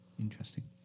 Interesting